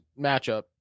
matchup